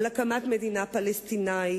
על הקמת מדינה פלסטינית,